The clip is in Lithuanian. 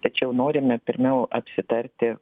tačiau norime pirmiau apsitarti